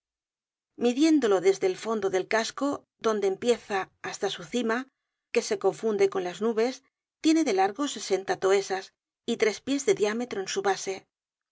midiéndolo desde el fondo del casco donde empieza hasta su cima que se confunde con las nubes tiene de largo sesenta toesas y tres pies de diámetro en su base